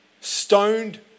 stoned